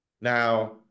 Now